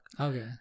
Okay